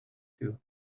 too